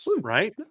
Right